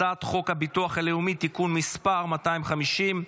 הצעת חוק הביטוח הלאומי (תיקון מס' 250),